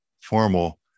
formal